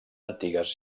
antigues